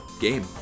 game